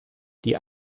die